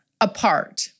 apart